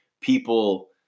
people